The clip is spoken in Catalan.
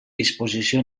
disposició